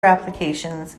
applications